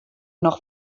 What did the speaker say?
noch